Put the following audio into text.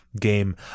game